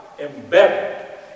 embedded